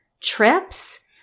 trips